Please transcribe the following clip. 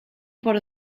por